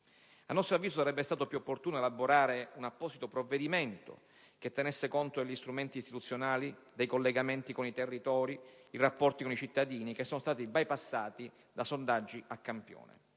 A nostro avviso sarebbe stato più opportuno elaborare un apposito provvedimento che tenesse conto degli strumenti istituzionali, dei collegamenti con i territori e dei rapporti con i cittadini che sono stati bypassati da sondaggi a campione.